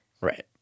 Right